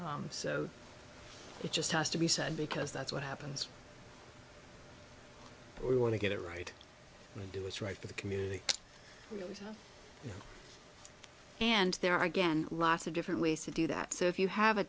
so it just has to be said because that's what happens we want to get it right we do what's right for the community and there are again lots of different ways to do that so if you have a